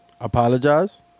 Apologize